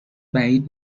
بعید